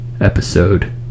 episode